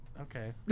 Okay